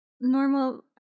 Normal